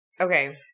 Okay